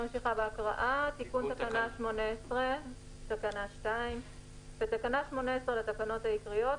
"תיקון תקנה 18 2. בתקנה 18 לתקנות העיקריות,